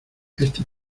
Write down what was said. este